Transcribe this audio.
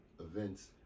events